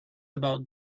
about